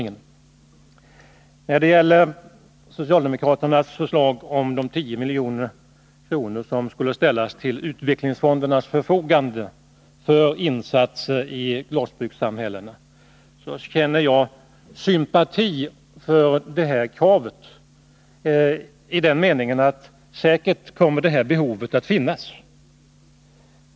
När det gäller socialdemokraternas förslag att 10 milj.kr. skall ställas till utvecklingsfondernas förfogande för insatser i glasbrukssamhällena, känner jagsympati för detta krav i den meningen att det säkert kommer att finnas ett sådant behov.